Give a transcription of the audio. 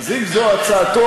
אז אם זו הצעתו,